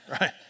right